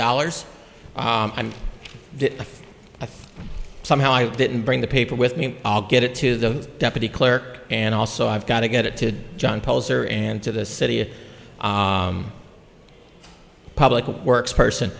dollars a somehow i didn't bring the paper with me i'll get it to the deputy clerk and also i've got to get it to john poser and to the city public works person